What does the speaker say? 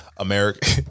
America